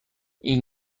این